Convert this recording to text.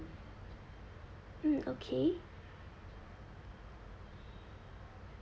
mm okay